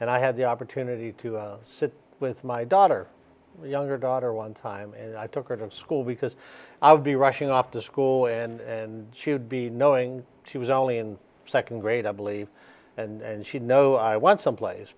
and i had the opportunity to sit with my daughter younger daughter one time and i took her to school because i would be rushing off to school and she would be knowing she was only in second grade i believe and she no i want some place